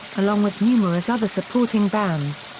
along with numerous other supporting bands,